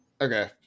okay